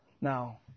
now